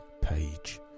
page